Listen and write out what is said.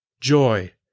joy